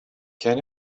can